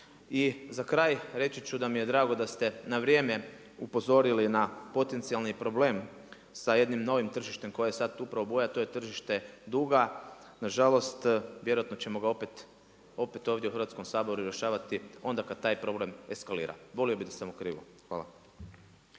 I za kraj reći ću da mi je drago da ste na vrijeme upozorili na potencijalni problem sa jednim novim tržište koje je sada tu … to je tržište duga. Nažalost vjerojatno ćemo ga opet ovdje u Hrvatskom saboru rješavati onda kada taj problem eskalira. Volio bih da sam u krivu. Hvala.